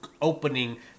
opening